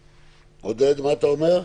עודד, מה אתה אומר?